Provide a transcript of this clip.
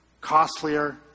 costlier